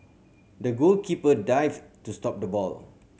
the goalkeeper dived to stop the ball